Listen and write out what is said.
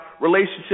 relationship